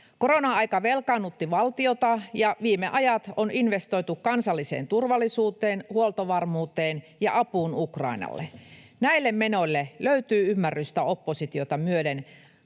Korona-aika velkaannutti valtiota, ja viime ajat on investoitu kansalliseen turvallisuuteen, huoltovarmuuteen ja apuun Ukrainalle. Näille menoille löytyy ymmärrystä oppositiota myöden,